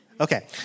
Okay